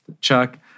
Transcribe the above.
Chuck